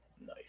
Nice